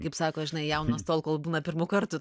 kaip sako žinai jaunas tol kol būna pirmų kartų